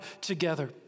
together